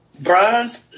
Bronze